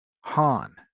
han